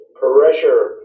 pressure